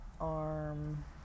arm